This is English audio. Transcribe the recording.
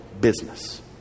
business